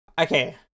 Okay